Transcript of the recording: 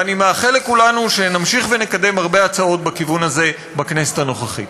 ואני מאחל לכולנו שנמשיך ונקדם הרבה הצעות בכיוון הזה בכנסת הנוכחית.